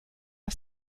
ist